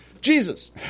Jesus